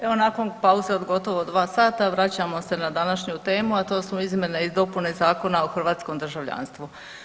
Evo nakon pauze od gotovo dva sata vraćamo se na današnju temu, a to su izmjene i dopune Zakona o hrvatskom državljanstvu.